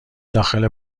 داخل